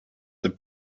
this